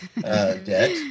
debt